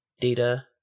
data